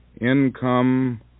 income